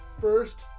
first